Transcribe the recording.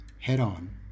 head-on